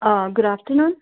good afternoon